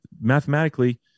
Mathematically